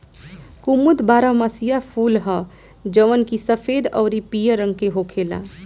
कुमुद बारहमसीया फूल ह जवन की सफेद अउरी पियर रंग के होखेला